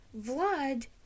Vlad